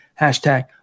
Hashtag